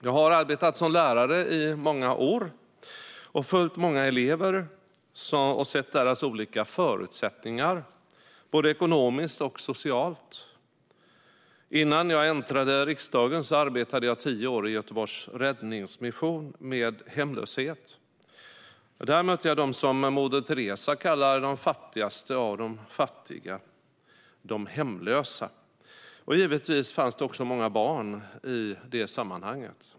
Jag har arbetat som lärare i många år och följt många elever och sett deras olika förutsättningar, både ekonomiskt och socialt. Innan jag äntrade riksdagen arbetade jag tio år i Göteborgs räddningsmission med hemlöshet. Där mötte jag dem som Moder Teresa kallade de fattigaste av de fattiga - de hemlösa. Givetvis fanns det också många barn i det sammanhanget.